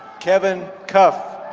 kevin cuff.